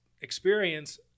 experience